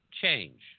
change